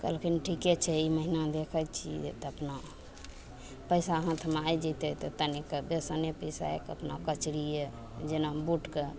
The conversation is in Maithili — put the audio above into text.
तऽ कहलखिन ठीके छै ई महीना देखय छियै तऽ अपना पैसा हाथमे आइ जेतय तऽ तनिक बेसने पीसायके अपना कचरिये जेना बूटके